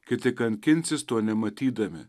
kiti kankinsis to nematydami